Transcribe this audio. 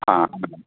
ஆ ஆமாங்க